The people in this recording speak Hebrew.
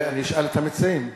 אני אשאל את המציעים.